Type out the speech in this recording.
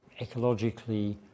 ecologically